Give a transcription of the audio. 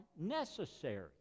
necessary